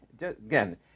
Again